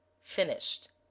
finished